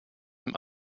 dem